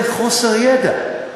זה חוסר ידע.